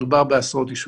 מדובר בעשרות יישובים,